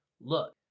look